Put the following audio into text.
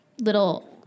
little